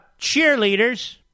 cheerleaders